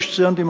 כפי שציינתי,